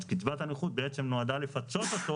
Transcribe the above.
אז קצבת הנכות בעצם נועדה לפצות אותו